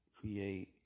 create